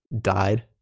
died